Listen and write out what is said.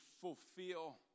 fulfill